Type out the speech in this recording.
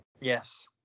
Yes